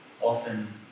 often